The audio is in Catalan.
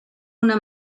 una